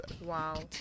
Wow